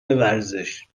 ورزش